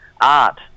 art